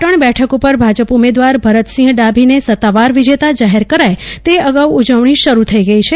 પાટણ બેઠક ઉપર ભાજપ ઉમેદવાર ભરતસિંહ ડાલીને સત્તાવાર વિજેતા જાહેર કરાય તે અગાઉ ઉજવણી શરુ થઇ ગઈ છે